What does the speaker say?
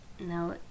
No